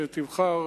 איך שתבחר,